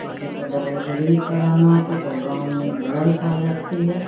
किसी को डलेवरी भी कराना है तो तब गाँव में बुलंस आ जाती है